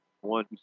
one